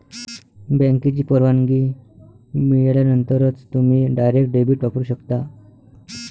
बँकेची परवानगी मिळाल्यानंतरच तुम्ही डायरेक्ट डेबिट वापरू शकता